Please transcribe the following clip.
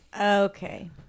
Okay